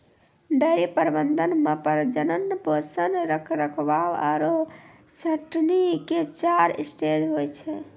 dairy प्रबंधन मॅ प्रजनन, पोषण, रखरखाव आरो छंटनी के चार स्टेज होय छै